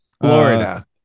florida